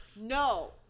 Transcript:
no